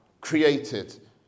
created